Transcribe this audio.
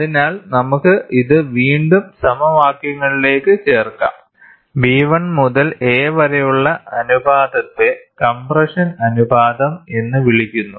അതിനാൽ നമുക്ക് ഇത് വീണ്ടും സമവാക്യങ്ങളിലേക്ക് ചേർക്കാം V1 മുതൽ a വരെയുള്ള അനുപാതത്തെ കംപ്രഷൻ അനുപാതം എന്ന് വിളിക്കുന്നു